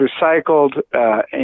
recycled